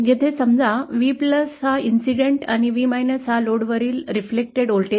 जेथे समजा V घटना आणि V लोडवरील प्रतिबिंबित व्होल्टेज आहेत